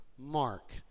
Mark